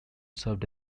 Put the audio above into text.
served